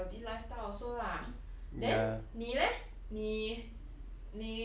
that is part of a healthy lifestyle also lah then 你 leh 你